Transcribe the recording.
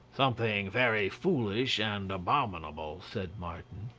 something very foolish and abominable, said martin.